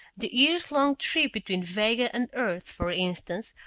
the years-long trip between vega and earth, for instance,